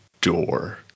door